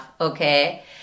okay